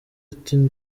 ati